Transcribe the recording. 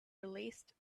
released